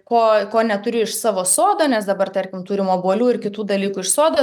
ko ko neturiu iš savo sodo nes dabar tarkim turim obuolių ir kitų dalykų iš sodo